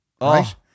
Right